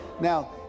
Now